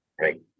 right